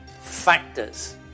factors